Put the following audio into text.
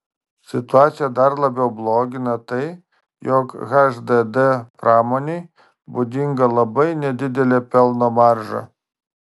situaciją dar labiau blogina tai jog hdd pramonei būdinga labai nedidelė pelno marža